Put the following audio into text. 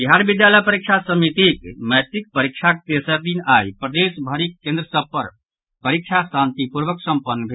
बिहार विद्यालय परीक्षा समितिक मैट्रिक परीक्षाक तेसर दिन आइ प्रदेश भरिक केंद्र सभ पर परीक्षा शांतिपूर्वक संपन्न भेल